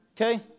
okay